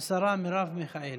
השרה מרב מיכאלי.